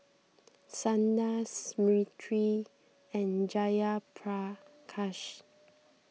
Sundar Smriti and Jayaprakash